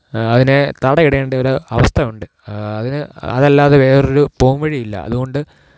അതിനെ തടയിടേണ്ടതൊരു അവസ്ഥയുണ്ട് അതിന് അതല്ലാതെ വേറൊരു പോംവഴിയില്ല അതുകൊണ്ട്